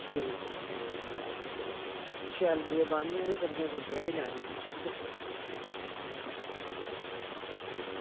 ठीक ऐ ते शैल करियै बाह्नियां ते सब्ज़ियां सब्जुआं बी लानियां न ठीक ऐ